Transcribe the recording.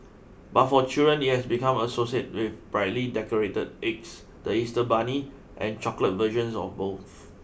but for children it has become associated with brightly decorated eggs the Easter bunny and chocolate versions of both